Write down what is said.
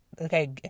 Okay